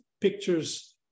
pictures